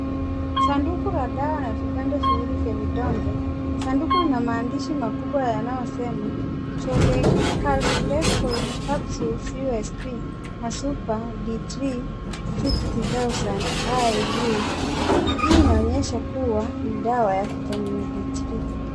Sanduku la dawa na vipande viwili vya vidonge, sanduku lina maandishi makubwa yanayosema, Cholecalciferol Capsules USP na Super D3 60000IU. Hii inaonyesha kuwa ni dawa ya Vitamin D3.